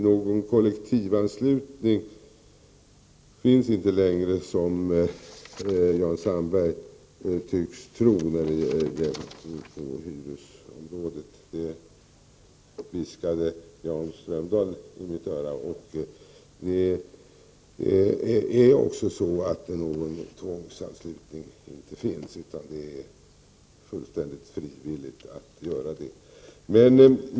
Någon kollektivanslutning när det gäller hyresområdet finns inte längre, som Jan Sandberg tycks tro. Det finns inte heller någon tvångsanslutning, utan det är helt frivilligt.